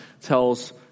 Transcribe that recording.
tells